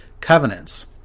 covenants